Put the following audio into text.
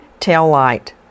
taillight